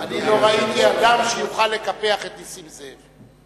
אני לא ראיתי אדם שיוכל לקפח את נסים זאב.